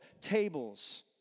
tables